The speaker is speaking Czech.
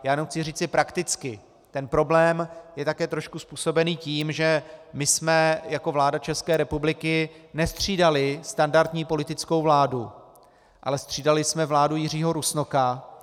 Já jenom chci říci prakticky, ten problém je také trošku způsobený tím, že my jsme jako vláda České republiky nestřídali standardní politickou vládu, ale střídali jsme vládu Jiřího Rusnoka.